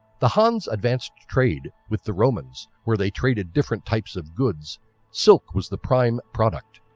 the han's advanced trade with the romans where they traded different types of goods silk was the prime product.